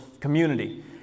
community